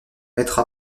maître